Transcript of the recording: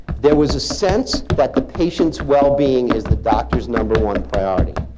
there was a sense that the patient's well-being is the doctor's number one priority.